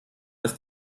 ist